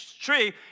tree